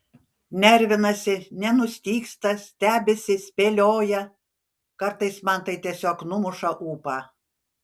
nervinasi nenustygsta stebisi spėlioja kartais man tai tiesiog numuša ūpą